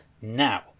now